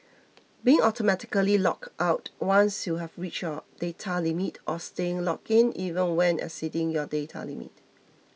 being automatically logged out once you've reached your data limit or staying logged in even when exceeding your data limit